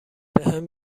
بهم